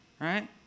right